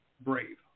Brave